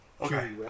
Okay